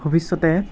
ভৱিষ্যতে